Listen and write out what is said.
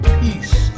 peace